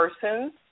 persons